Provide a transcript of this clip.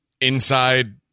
inside